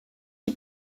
die